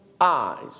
eyes